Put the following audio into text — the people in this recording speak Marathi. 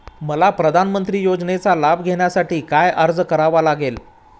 मला प्रधानमंत्री योजनेचा लाभ घेण्यासाठी काय अर्ज करावा लागेल?